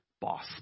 boss